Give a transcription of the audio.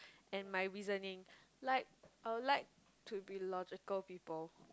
and my reasoning like I would like to be logical people